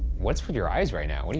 what's with your eyes right now? but